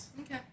Okay